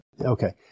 Okay